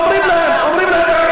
למה הם